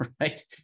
right